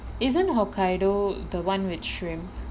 isn't hokkaido the [one] with shrimp